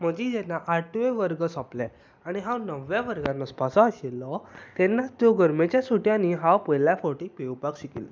म्हजें जेन्ना आठवें वर्ग सोंपलें आनी हांव नवव्या वर्गांत वचपाचो आशिल्लो तेन्ना त्या गरमेच्या सुटयांनी हांव पयले फावटीं पेंवपाक शिकिल्लों